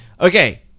okay